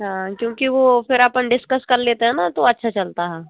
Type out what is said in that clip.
हाँ क्योंकि वो फ़िर अपन डिस्कस कर लेते हैं ना तो अच्छा चलता है